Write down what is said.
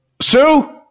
Sue